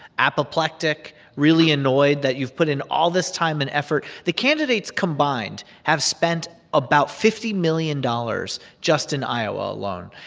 apoplectic, really annoyed that you've put in all this time and effort. the candidates combined have spent about fifty million dollars just in iowa alone,